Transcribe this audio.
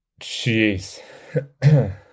jeez